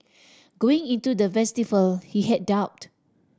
going into the festival he had doubt